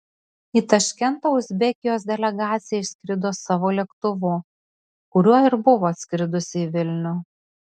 į taškentą uzbekijos delegacija išskrido savo lėktuvu kuriuo ir buvo atskridusi į vilnių